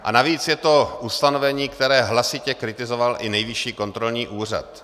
A navíc je to ustanovení, které hlasitě kritizoval i Nejvyšší kontrolní úřad.